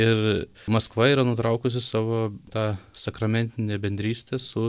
ir maskva yra nutraukusi savo tą sakramentinę bendrystę su